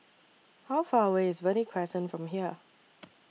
How Far away IS Verde Crescent from here